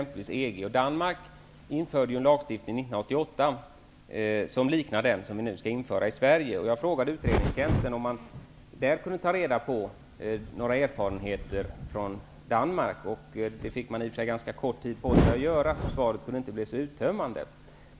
Problemet Danmark, som 1988 införde en lagstiftning liknande den som vi nu skall införa i Sverige. Jag har hört mig för om det går att få ta del av erfarenheter gjorda i Danmark. Svaret jag fick var inte så uttömmande, eftersom man hade kort tid på sig.